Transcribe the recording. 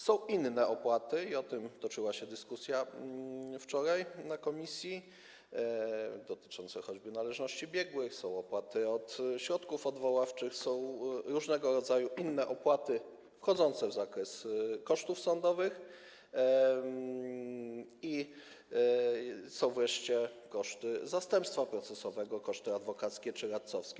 Są inne opłaty, i o tym toczyła się wczoraj na posiedzeniu komisji dyskusja, dotyczące choćby należności biegłych, są opłaty od środków odwoławczych, są różnego rodzaju inne opłaty wchodzące w zakres kosztów sądowych i są wreszcie koszty zastępstwa procesowego, koszty adwokackie czy radcowskie.